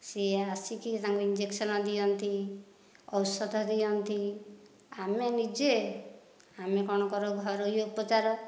ସିଏ ଆସିକି ତାଙ୍କ ଇଞ୍ଜେକ୍ସନ ଦିଅନ୍ତି ଔଷଧ ଦିଅନ୍ତି ଆମେ ନିଜେ ଆମେ କଣ କରୁ ଘରୋଇ ଉପଚାର